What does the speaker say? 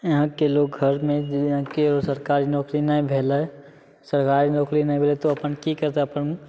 यहाँके लोग घरमे जेना केओ सरकारी नौकरी नहि भेलै सरकारी नौकरी नहि भेलै तऽ ओ अपन की करतै अपन